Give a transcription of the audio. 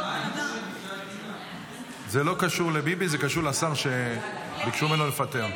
זה לא קשור לביבי, זה קשור לשר שביקשו ממנו לפטר.